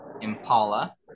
impala